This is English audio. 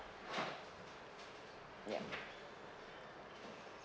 yup